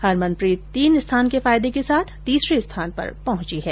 हरमनप्रीत तीन स्थान के फायदे के साथ तीसरे स्थान पर पहुंची हैं